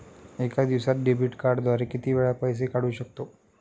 एका दिवसांत डेबिट कार्डद्वारे किती वेळा पैसे काढू शकतो?